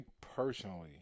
personally